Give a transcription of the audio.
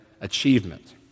Achievement